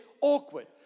awkward